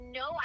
no